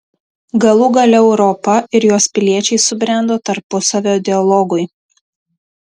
galų gale europa ir jos piliečiai subrendo tarpusavio dialogui